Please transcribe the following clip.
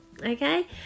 okay